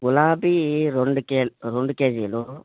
గులాబీ రెండు కే రెండు కేజీలు